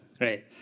right